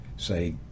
say